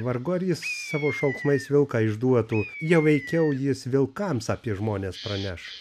vargu ar jis savo šauksmais vilką išduotų jau veikiau jis vilkams apie žmones praneš